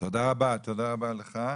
תודה רבה, תודה רבה לך,